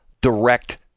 direct